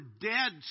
dead